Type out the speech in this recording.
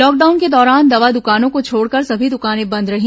lockdown के दौरान दवा दुकानों को छोड़कर सभी दुकानें बंद रहीं